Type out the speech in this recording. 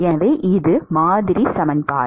எனவே இது மாதிரி சமன்பாடு